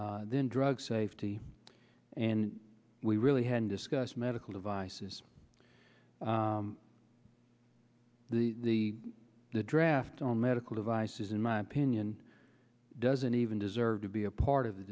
then drug safety and we really hadn't discussed medical devices the draft on medical devices in my opinion doesn't even deserve to be a part of the